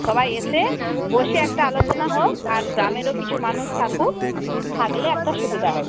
সবাই এসে বসে একটা আলোচনা হোক আর গ্রামেরও কিছু মানুষ থাকুক থাকলে একটা সুবিধা হবে